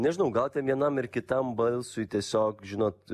nežinau gal ten vienam ar kitam balsui tiesiog žinot